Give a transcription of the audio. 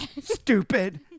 stupid